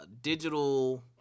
digital